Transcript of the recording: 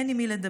אין עם מי לדבר.